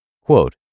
Quote